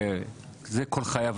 זה היה כל חייו.